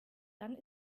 dann